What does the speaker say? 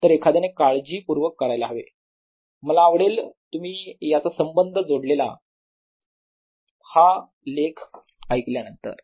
तर एखाद्याने काळजीपूर्वक करायला हवे मला आवडेल तुम्ही याचा संबंध जोडालेला पहायला हा लेख ऐकल्यानंतर